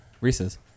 Reese's